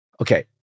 Okay